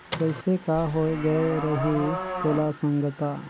कइसे का होए गये रहिस तोला संगता